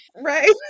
Right